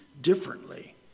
differently